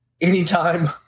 anytime